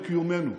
את קיומנו,